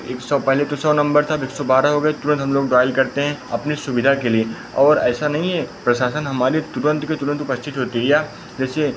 एक सौ पहले तो सौ नम्बर था अब एक सौ बारह हो गया तुरन्त हम लोग डायल करते हैं अपने सुविधा के लिए और ऐसा नहीं है प्रशासन हमारी तुरन्त के तुरन्त उपस्थित होती है यह जैसे